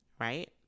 right